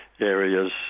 areas